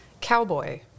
Cowboy